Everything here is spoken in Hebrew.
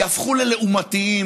יהפכו ללעומתיים